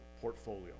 portfolio